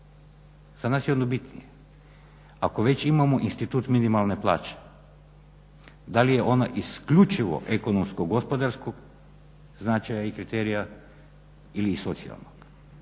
za nas je ono bitnije, ako već imamo institut minimalne plaće da li je ona isključivo ekonomsko-gospodarskog značaja i kriterija ili i socijalnog.